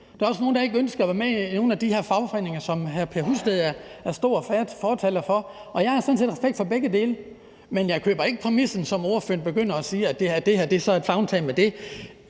Der er også nogle, der ikke ønsker at være med i nogen af de her fagforeninger, som hr. Per Husted er stor fortaler for. Jeg har sådan set respekt for begge dele. Men jeg køber ikke præmissen, som hr. Per Husted begynder at tale om, altså at det her så er et livtag med det.